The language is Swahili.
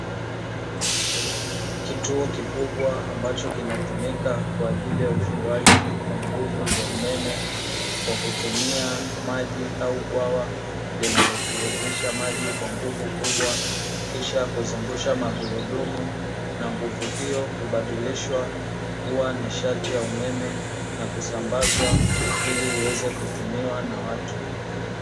Kituo kikubwa ambacho kinatumika kwa ajili ya ufuaji wa nguvu za umeme, kwa kutumia maji au bwawa linalotiririsha maji kwa nguvu kubwa kisha kuzungusha magurudumu na nguvu hiyo kubadilishwa kuwa nishati ya umeme, na kusambazwa ili iweze kutumiwa na watu.